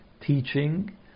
teaching